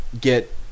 get